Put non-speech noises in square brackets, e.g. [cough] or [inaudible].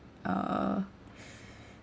uh [breath]